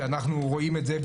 שאנחנו רואים את זה.